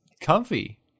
comfy